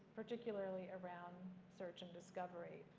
particularly around search and discovery.